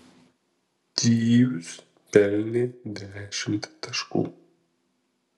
tyus pelnė dešimt taškų